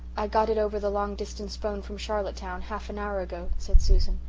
i got it over the long-distance phone from charlottetown half an hour ago, said susan.